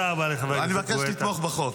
אני מבקש לתמוך בחוק.